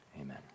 Amen